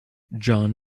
john